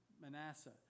Manasseh